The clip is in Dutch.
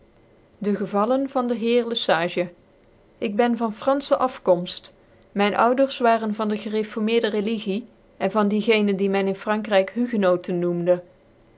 de gevallen van de heer le sage ik ben van franfc afkomft myn ouders waren van de gereformeerde religie en van die gene die men in frankryk hugenoten noemde